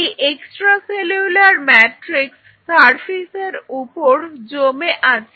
এই extra cellular matrix surface এর উপর জমে আছে